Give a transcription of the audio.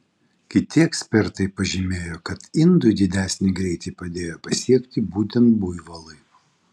kiti ekspertai pažymėjo kad indui didesnį greitį padėjo pasiekti būtent buivolai